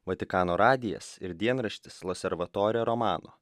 vatikano radijas ir dienraštis loservatore romano